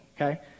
okay